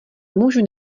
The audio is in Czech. můžu